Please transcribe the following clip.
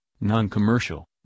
Non-Commercial